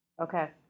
Okay